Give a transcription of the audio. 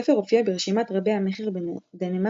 הספר הופיע ברשימת רבי המכר בדנמרק,